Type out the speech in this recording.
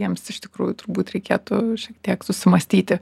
jiems iš tikrųjų turbūt reikėtų šiek tiek susimąstyti